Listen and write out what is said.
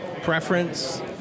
preference